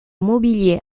mobilier